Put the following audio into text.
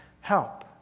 help